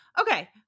okay